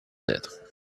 that